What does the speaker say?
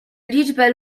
liczbę